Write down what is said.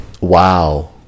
Wow